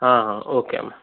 okay అమ్మ